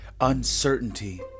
uncertainty